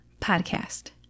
podcast